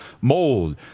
mold